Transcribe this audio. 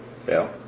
fail